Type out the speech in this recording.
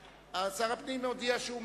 שר הפנים הודיע שהוא מסכים.